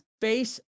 face